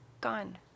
gone